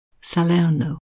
Salerno